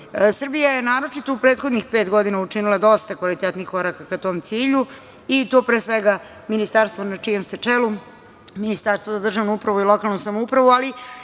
prava. Srbija je, naročito u prethodnih pet godina, učinila dosta kvalitetnih koraka ka tom cilju, i to pre svega ministarstvo na čijem ste čelu, Ministarstvo za državnu upravu i lokalnu samoupravu, ali